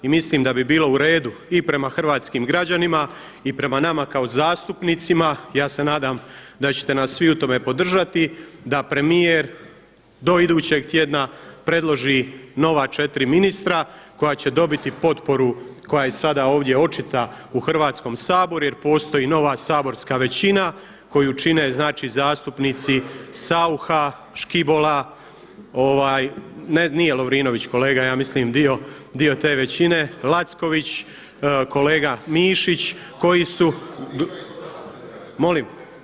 I mislim da bi bilo u redu i prema hrvatskim građanima i prema nama kao zastupnicima, ja se nadam da ćete nas svi u tome podržati, da premijer do idućeg tjedna predloži nova četiri ministra koja će dobiti potporu koja je i sada ovdje očita u Hrvatskom saboru jer postoji nova saborska većina koju čine, znači zastupnici Saucha, Škibola, nije Lovrinović kolega ja mislim dio te većine, Lacković, kolega Mišić koji su …… [[Upadica sa strane, ne razumije se.]] Molim?